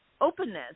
openness